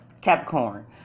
Capricorn